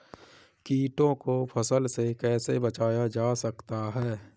कीटों से फसल को कैसे बचाया जा सकता है?